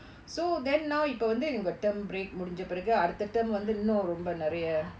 so then now இப்போ வந்து உங்க:ippo vanthu unga term break முடிஞ்ச பிறகு அடுத்த:mudinja piragu adutha term இன்னோ நிறைய:inno niraiya